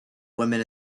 women